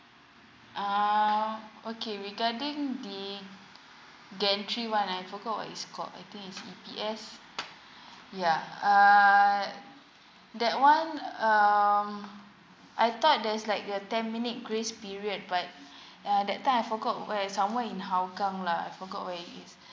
uh okay regarding the gantry one I forgot it's called I think is E_P_S yeah err that one um I thought there's like a ten minute grace period but uh that time I forgot where somewhere in hougang lah I forgot where it is